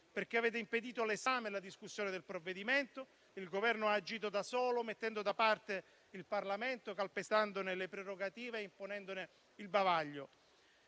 perché avete impedito l'esame e la discussione del provvedimento e il Governo ha agito da solo, mettendo da parte il Parlamento, calpestandone le prerogative e imponendogli il bavaglio.